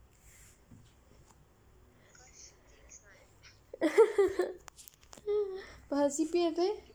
but her C_P_F there